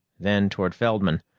then toward feldman,